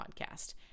podcast